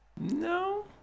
No